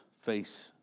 face